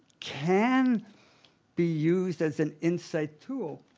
can be used as an insight tool,